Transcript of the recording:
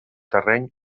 terreny